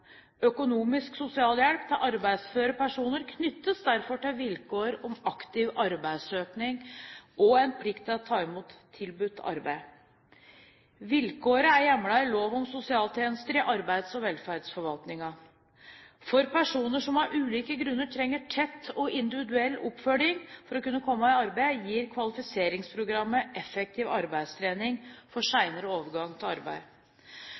Økonomisk sosialhjelp til arbeidsføre personer knyttes derfor til vilkår om aktiv arbeidssøking og en plikt til å ta imot tilbudt arbeid. Vilkåret er hjemlet i lov om sosiale tjenester i arbeids- og velferdsforvaltningen. For personer som av ulike grunner trenger tett og individuell oppfølging for å kunne komme i arbeid, gir kvalifiseringsprogrammet effektiv arbeidstrening for senere overgang til arbeid.